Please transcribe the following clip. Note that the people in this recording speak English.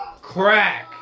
Crack